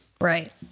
Right